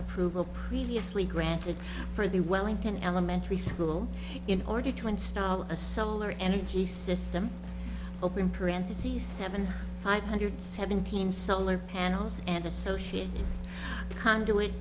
approval previously granted for the wellington elementary school in order to install a solar energy system open trans c seven five hundred seventeen solar panels and associated conduit